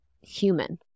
human